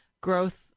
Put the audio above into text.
growth